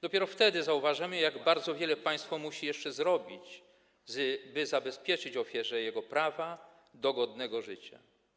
Dopiero wtedy zauważamy, jak bardzo wiele państwo musi jeszcze zrobić, by zabezpieczyć ofierze prawa do godnego życia.